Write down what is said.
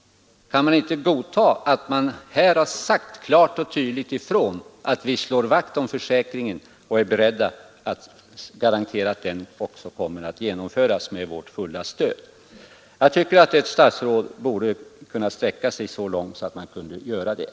Kan man inte acceptera att förbundet klart sagt ifrån att det slår vakt om försäkringen och är berett att garantera att den också genomförs med förbundets fulla stöd? Jag tycker att ett statsråd borde kunna gå så långt att han kan göra det.